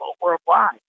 worldwide